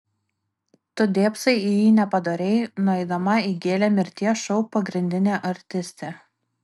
tu dėbsai į jį nepadoriai nueidama įgėlė mirties šou pagrindinė artistė